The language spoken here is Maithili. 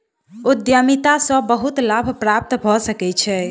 उद्यमिता सॅ बहुत लाभ प्राप्त भ सकै छै